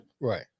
Right